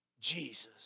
Jesus